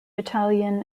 italian